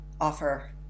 offer